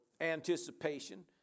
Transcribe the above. anticipation